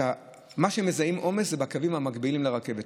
שמה שהם מזהים בו עומס זה בקווים המקבילים לרכבת.